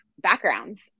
backgrounds